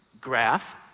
graph